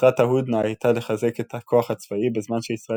מטרת ההודנה הייתה לחזק את הכוח הצבאי בזמן שישראל